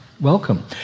Welcome